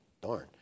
darn